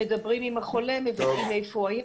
מדברים עם החולה, שואלים איפה הוא היה.